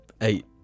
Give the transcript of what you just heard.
eight